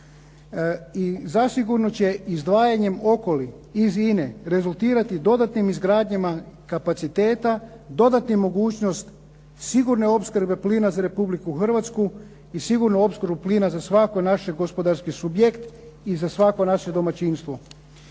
I zasigurno će izdvajanjem Okoli iz INA-e rezultirati dodatnim izgradnjama kapacitete, dodati mogućnost sigurne opskrbe plina za Republiku Hrvatsku i sigurnu opskrbu plina za svaki naš gospodarski subjekt i za svako naše domaćinstvo.